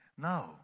no